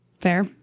Fair